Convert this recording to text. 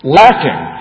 lacking